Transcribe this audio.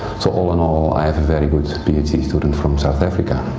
so all in all i have a very good ph d. student from south africa.